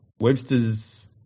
Webster's